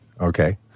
okay